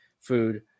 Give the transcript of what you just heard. food